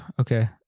okay